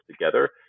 together